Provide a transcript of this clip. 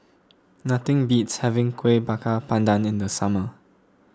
nothing beats having Kuih Bakar Pandan in the summer